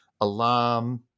alarm